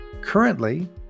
Currently